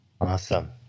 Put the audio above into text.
Awesome